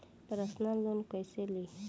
Personal loan कैसे ली?